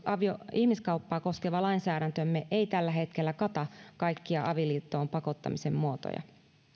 ihmiskauppaa koskeva lainsäädäntömme ei tällä hetkellä kata kaikkia avioliittoon pakottamisen muotoja